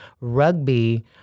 Rugby